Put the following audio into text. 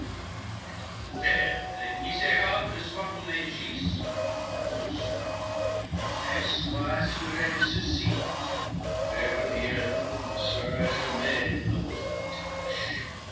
et misérable soit qu'on agisse ou qu'on souffre mais sois assuré de ceci faire le bien ne sera jamais nôtre tâche